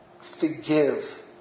forgive